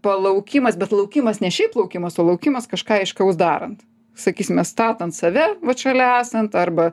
palaukimas bet laukimas ne šiaip laukimas o laukimas kažką aiškaus darant sakysime statant save vat šalia esant arba